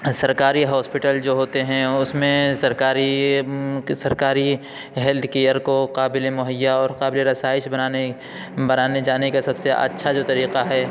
سرکاری ہاسپیٹل جو ہوتے ہیں اس میں سرکاری سرکاری ہیلتھ کیئر کو قابل مہیا اور قابل رسائش بنانے بنانے جانے کا سب سے اچھا جو طریقہ ہے